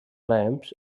lamps